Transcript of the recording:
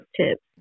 tips